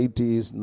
80s